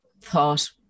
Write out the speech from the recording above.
thought